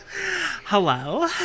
Hello